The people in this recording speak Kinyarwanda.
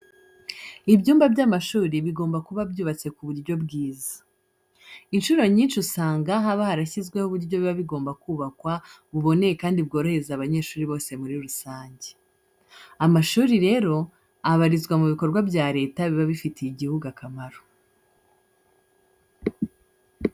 Ibyumba by'amashuri bigomba kuba byubatse ku buryo bwiza. Incuro nyinshi usanga haba harashyizweho uburyo biba bigomba kubakwa buboneye kandi bworohereza abanyeshuri bose muri rusange. Amashuri rero, abarirwa mu bikorwa bya Leta biba bifitiye igihugu akamaro.